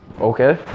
okay